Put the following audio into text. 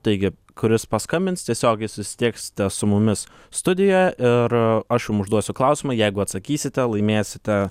taigi kuris paskambins tiesiogiai susisieks su mumis studijoje ir aš jum užduosiu klausimą jeigu atsakysite laimėsite